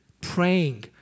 praying